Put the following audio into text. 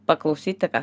paklausyti ką